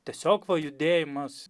tiesiog va judėjimas